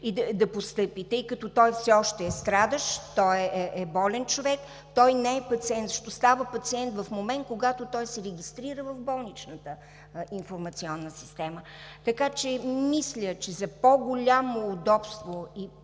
да постъпи, тъй като все още е страдащ, болен човек. Той не е пациент, защото става такъв в момента, когато се регистрира в болничната информационна система. Мисля, че за по-голямо удобство,